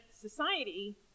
society